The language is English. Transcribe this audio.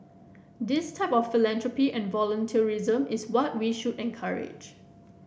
this type of philanthropy and volunteerism is what we should encourage